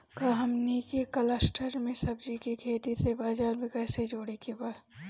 का हमनी के कलस्टर में सब्जी के खेती से बाजार से कैसे जोड़ें के बा?